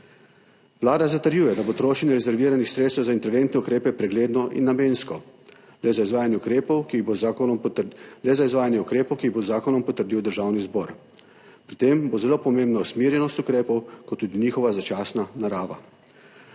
Vlada zatrjuje, da bo trošenje rezerviranih sredstev za interventne ukrepe pregledno in namensko, le za izvajanje ukrepov, ki jih bo z zakonom potrdil Državni zbor. Pri tem bo zelo pomembna usmerjenost ukrepov ter tudi njihova začasna narava.